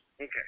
Okay